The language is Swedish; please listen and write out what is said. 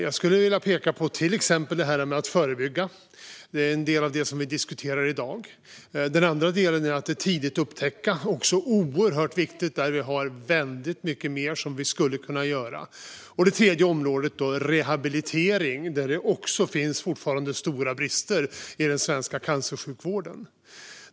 Jag skulle vilja peka på till exempel detta med att förebygga, vilket är en del av det vi diskuterar i dag. En annan del är att det är oerhört viktigt att tidigt upptäcka cancern, och där skulle vi kunna göra väldigt mycket mer. Ett tredje område är rehabilitering, där det fortfarande finns stora brister i den svenska cancersjukvården.